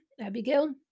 Abigail